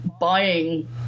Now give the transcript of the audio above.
buying